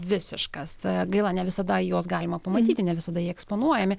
visiškas gaila ne visada juos galima pamatyti ne visada jie eksponuojami